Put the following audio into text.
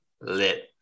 Lit